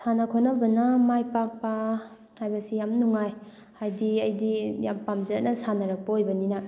ꯁꯥꯟꯅ ꯈꯣꯠꯅꯕꯅ ꯃꯥꯏ ꯄꯥꯛꯄ ꯍꯥꯏꯕꯁꯤ ꯌꯥꯝ ꯅꯨꯡꯉꯥꯏ ꯍꯥꯏꯗꯤ ꯑꯩꯗꯤ ꯌꯥꯝ ꯄꯥꯝꯖꯅ ꯁꯥꯟꯅꯔꯛꯄ ꯑꯣꯏꯕꯅꯤꯅ